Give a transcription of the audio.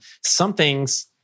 something's